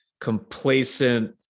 complacent